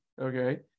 okay